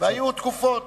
היו תקופות